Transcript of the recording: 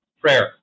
prayer